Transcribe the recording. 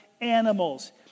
animals